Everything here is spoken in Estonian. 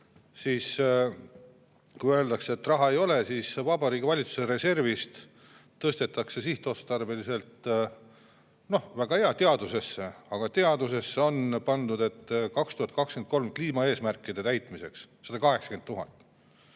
Kui öeldakse, et raha ei ole, siis Vabariigi Valitsuse reservist tõstetakse sihtotstarbeliselt, väga hea, teadusesse, aga teadusesse on pandud: 2023 kliimaeesmärkide täitmiseks 180 000,